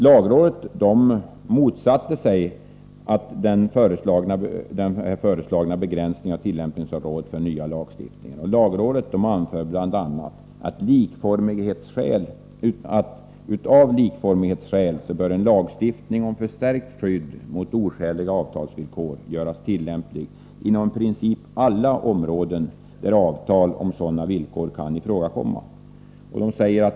Lagrådet motsatte sig den föreslagna begränsningen av tillämpningsområdet för den nya lagstiftningen. Lagrådet anför bl.a. att av likformighetsskäl bör en lagstiftning om förstärkt skydd mot oskäliga avtalsvillkor göras tillämplig inom i princip alla områden där avtal om sådana villkor kan ifrågakomma.